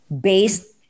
based